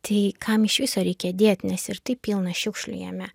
tai kam iš viso reikia dėt nes ir taip pilna šiukšlių jame